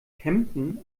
kempten